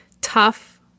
tough